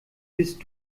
bist